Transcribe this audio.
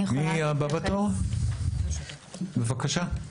רותם רייבי, בבקשה.